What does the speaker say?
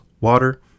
water